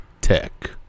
Tech